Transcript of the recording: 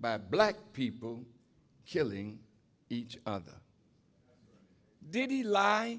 by black people killing each other did he lie